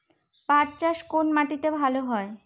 পাট চাষ কোন মাটিতে ভালো হয়?